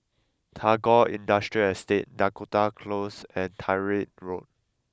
Tagore Industrial Estate Dakota Close and Tyrwhitt Road